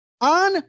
on